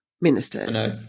ministers